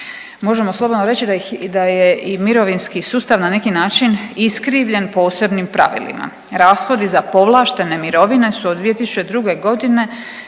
Možemo slobodno reći da je i mirovinski sustav na neki način iskrivljen posebnim pravilima. Rashodi za povlaštene mirovine su od 2002. godine